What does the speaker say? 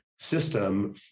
system